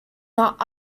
not